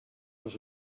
was